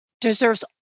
deserves